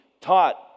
taught